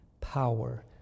power